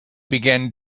began